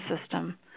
system